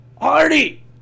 hardy